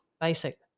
basic